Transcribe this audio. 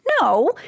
No